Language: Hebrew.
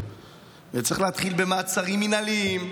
וצריך להתחיל במעצרים מינהליים,